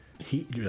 heat